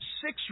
six